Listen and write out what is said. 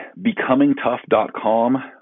becomingtough.com